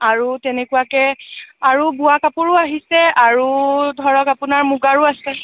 আৰু তেনেকুৱাকে আৰু বোৱা কাপোৰো আহিছে আৰু ধৰক আপোনাৰ মুগাৰো আছে